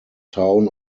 town